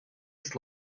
its